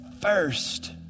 first